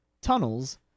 tunnels